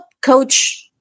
coach